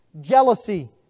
jealousy